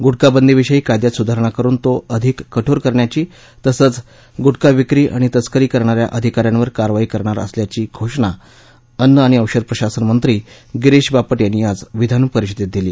गुटखाबंदी विषयी कायद्यात सुधारणा करुन तो अधिक कठोर करण्याची तसचं गुटखा विक्री आणि तस्करी करणार्या अधिकार्यांवर कारवाई करणार असल्याची घोषणा अन्न आणि औषध प्रशासन मंत्री गिरीश बापट यांनी आज विधानपरिषदेत केली